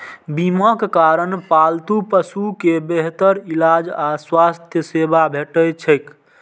बीमाक कारण पालतू पशु कें बेहतर इलाज आ स्वास्थ्य सेवा भेटैत छैक